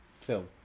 film